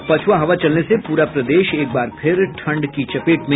और पछ्आ हवा चलने से पूरा प्रदेश एकबार फिर ठंड की चपेट में